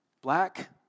black